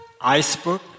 iceberg